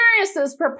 experiences